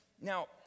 Now